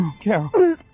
Carol